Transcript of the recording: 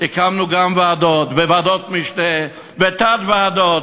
הקמנו גם ועדות וועדות משנה ותת-ועדות,